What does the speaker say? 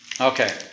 Okay